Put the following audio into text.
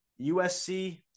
USC